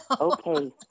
Okay